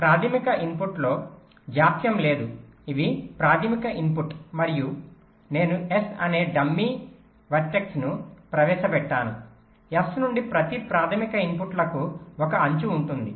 కాబట్టి ప్రాధమిక ఇన్పుట్లో జాప్యం లేదు ఇవి ప్రాధమిక ఇన్పుట్ మరియు నేను S అనే డమ్మీ వెర్టెక్స్ను ప్రవేశపెట్టాను S నుండి ప్రతి ప్రాధమిక ఇన్పుట్లకు ఒక అంచు ఉంటుంది